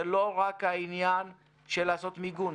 זה לא רק העניין של המיגון,